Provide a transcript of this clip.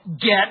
Get